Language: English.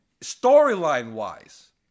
storyline-wise